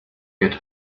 get